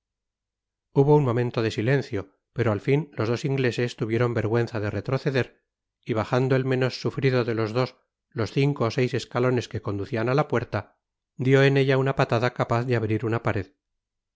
hubo un momento de silencio pero al fin los dos ingleses tuvieron vergüenza de retroceder y bajando el menos sufrido de los dos los cinco ó seis escatoties que conducian á la puerta dio en ella una patada capaz de abrir una pared